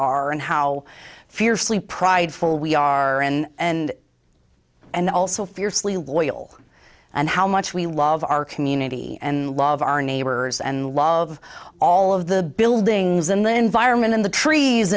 are and how fiercely prideful we are and and also fiercely loyal and how much we love our community and love our neighbors and love all of the buildings and the environment in the tre